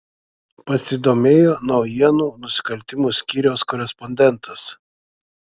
pasidomėjo naujienų nusikaltimų skyriaus korespondentas